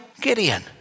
Gideon